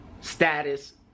status